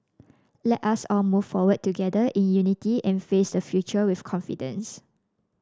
let us all move forward together in unity and face the future with confidence